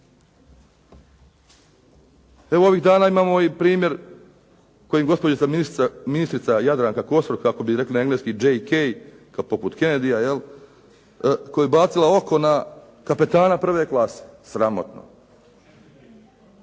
Evo ovih dana imamo i primjer kojim gospođica ministrica Jadranka Kosor kako bi rekli na engleski đej kej poput Kennedya jel' koja je bacila oko na kapetana prve klase. Sramotno!